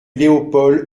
léopold